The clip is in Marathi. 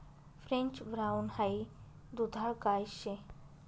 फ्रेंच ब्राउन हाई दुधाळ गाय शे